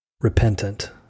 repentant